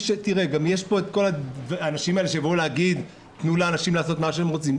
פה את כל האנשים שיגידו: תנו לאנשים לעשות את מה שהם רוצים.